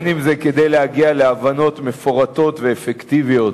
להבנות מפורטות ואפקטיביות